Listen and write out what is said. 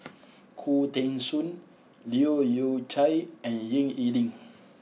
Khoo Teng Soon Leu Yew Chye and Ying E Ding